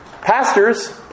Pastors